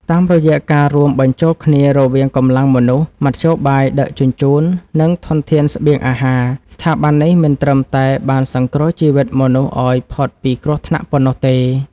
តាមរយៈការរួមបញ្ចូលគ្នារវាងកម្លាំងមនុស្ស មធ្យោបាយដឹកជញ្ជូន និងធនធានស្បៀងអាហារ ស្ថាប័ននេះមិនត្រឹមតែបានសង្គ្រោះជីវិតមនុស្សឱ្យផុតពីគ្រោះថ្នាក់ប៉ុណ្ណោះទេ។